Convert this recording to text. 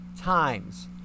times